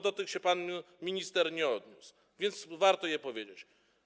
Do nich się pan minister nie odniósł, więc warto o nich powiedzieć.